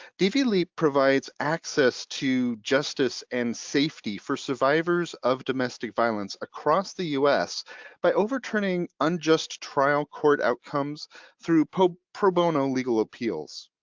dv leap provides access to justice and safety for survivors of domestic violence across the us by overturning unjust trial court outcomes through pro pro bono legal appeals.